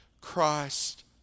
Christ